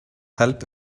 help